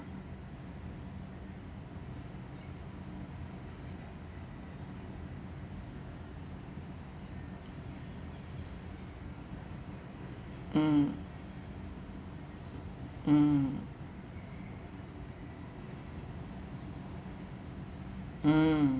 mm mm mm